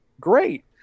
great